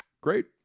great